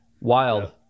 Wild